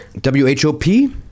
w-h-o-p